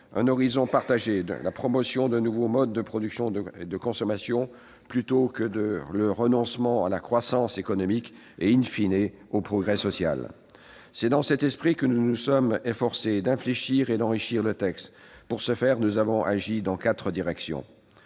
horizon partagé la promotion de nouveaux modes de production et de consommation plutôt que le renoncement à la croissance économique et,, au progrès social. C'est dans cet esprit que nous nous sommes efforcés d'infléchir et d'enrichir le texte, en agissant dans quatre directions.